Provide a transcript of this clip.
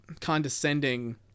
Condescending